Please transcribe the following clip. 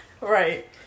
Right